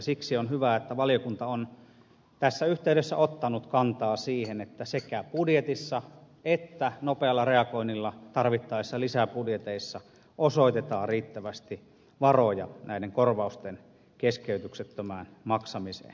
siksi on hyvä että valiokunta on tässä yhteydessä ottanut kantaa siihen että sekä budjetissa että nopealla reagoinnilla tarvittaessa lisäbudjeteissa osoitetaan riittävästi varoja näiden korvausten keskeytyksettömään maksamiseen